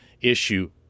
issue